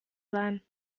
sein